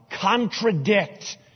contradict